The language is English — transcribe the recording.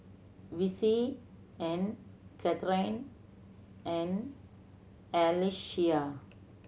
Vicy and Kathryn and Alyssia